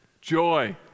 Joy